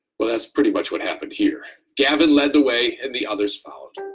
well that's pretty much what happened here. gavin led the way and the others followed.